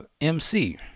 MC